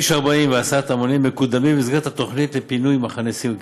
כביש 40 והסעת ההמונים מקודמים במסגרת התוכנית לפינוי מחנה סירקין.